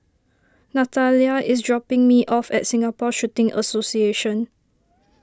Nathalia is dropping me off at Singapore Shooting Association